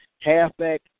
halfback